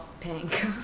pink